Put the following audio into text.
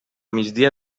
migdia